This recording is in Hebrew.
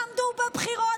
עמדו בבחירות,